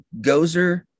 Gozer